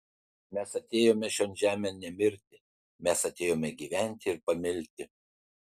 mes atėjome šion žemėn ne mirti mes atėjome gyventi ir pamilti